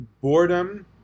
boredom